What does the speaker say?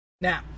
Now